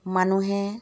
মানুহে